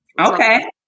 Okay